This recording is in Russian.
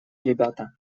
ребята